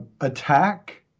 attack